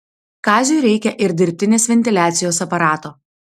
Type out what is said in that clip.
kaziui reikia ir dirbtinės ventiliacijos aparato